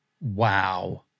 Wow